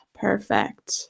Perfect